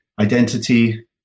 identity